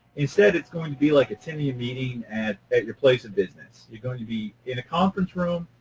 instead, it's going to be like attending a meeting at at your place of business. you're going to be in a conference room,